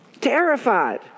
Terrified